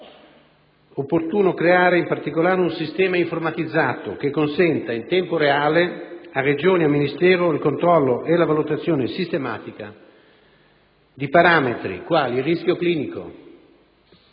opportuno creare in particolare un sistema informatizzato che consenta in tempo reale a Regioni e Ministero il controllo e la valutazione sistematica di parametri quali il rischio clinico,